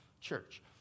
church